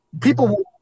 people